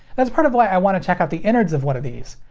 that's part of why i want to check out the innards of one of these.